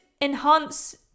enhance